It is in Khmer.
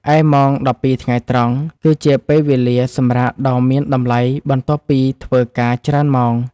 ឯម៉ោងដប់ពីរថ្ងៃត្រង់ គឺជាពេលវេលាសម្រាកដ៏មានតម្លៃបន្ទាប់ពីធ្វើការច្រើនម៉ោង។